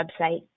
website